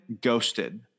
ghosted